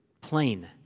plain